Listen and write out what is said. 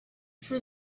for